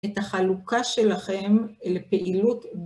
את החלוקה שלכם לפעילות